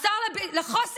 זה לא, לא מכבד.